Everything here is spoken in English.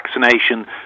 vaccination